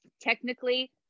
Technically